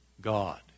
God